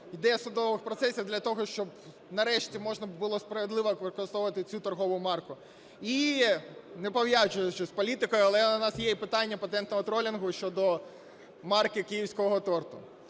йде судових процесів для того, щоб нарешті можна було справедливо використовувати цю торгову марку. І не пов'язуючи з політикою, але у нас є і питання патентного тролінгу щодо марки "Київського торту".